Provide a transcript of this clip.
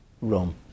Rome